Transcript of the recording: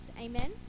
amen